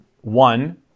One